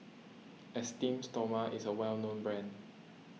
Esteem Stoma is a well known brand